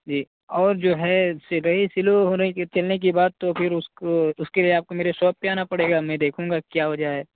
جی اور جو ہے رہی سلو ہونے کی چلنے کی بات تو پھر اس کو اس کے لیے آپ کو میرے شاپ پہ آنا پڑے گا میں دیکھوں گا کیا وجہ ہے